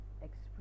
Express